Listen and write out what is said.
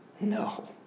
No